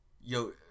Yo